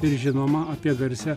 ir žinoma apie garsią